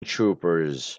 troopers